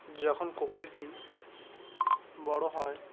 যখন কোকিলটি বড় হয়